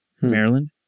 Maryland